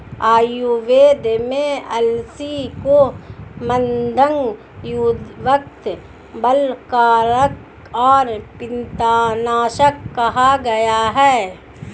आयुर्वेद में अलसी को मन्दगंधयुक्त, बलकारक और पित्तनाशक कहा गया है